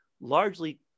largely